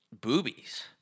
boobies